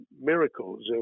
miracles